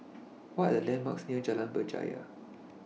What Are The landmarks near Jalan Berjaya